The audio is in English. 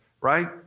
right